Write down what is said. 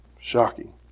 Shocking